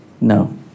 No